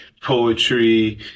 poetry